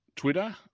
Twitter